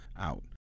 out